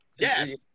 Yes